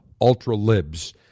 ultra-libs